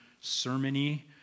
sermon-y